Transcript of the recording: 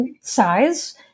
size